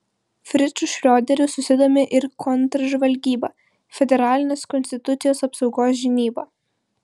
fricu šrioderiu susidomi ir kontržvalgyba federalinės konstitucijos apsaugos žinyba